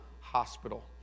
hospital